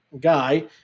guy